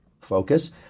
focus